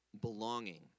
belonging